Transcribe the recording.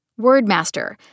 Wordmaster